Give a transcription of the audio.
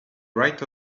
right